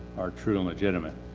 are true and legitimate.